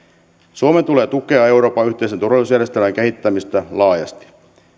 suomen tulee tukea euroopan yhteisen turvallisuusjärjestelmän kehittämistä laajasti